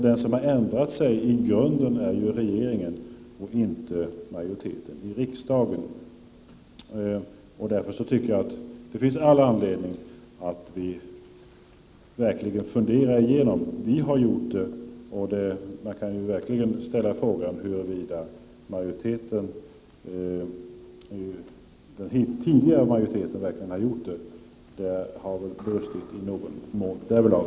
Den som har ändrat sig i grunden är regeringen och inte majoriteten i riksdagen. Därför tycker jag det finns all anledning att verkligen fundera igenom den här saken. Vi har gjort det, men man kan verkligen fråga sig om den tidigare majoriteten har gjort det. Det har nog brustit något därvidlag.